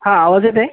हा आवाज येतंय